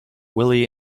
willy